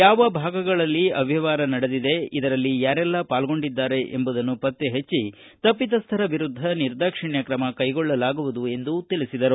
ಯಾವ ಭಾಗಗಳಲ್ಲಿ ಅವ್ಯವಹಾರ ನಡೆದಿದೆ ಇದರಲ್ಲಿ ಯಾರಲ್ಲ ಪಾಲ್ಗೊಂಡಿದ್ದಾರೆ ಎಂಬುದನ್ನು ಪತ್ತ ಪಚ್ಚಿ ತಪ್ಪಿತಸ್ಥರ ವಿರುದ್ದ ನಿರ್ದಾಕ್ಷಿಣ್ಯ ಕ್ರಮ ಕೈಗೊಳ್ಳಲಾಗುವುದು ಎಂದರು